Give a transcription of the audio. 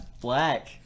black